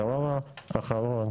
הדבר האחרון